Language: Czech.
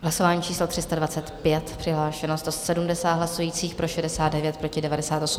Hlasování číslo 325, přihlášeno 170 hlasujících, pro 69, proti 98.